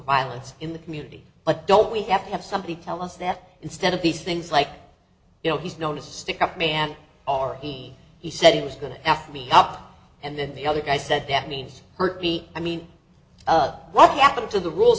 violence in the community but don't we have to have somebody tell us that instead of these things like you know he's known to stick up man or he said he was going to f me up and then the other guy said that means hurt me i mean what happened to the rules